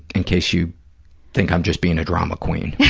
in case you think i'm just being a drama queen.